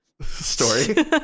story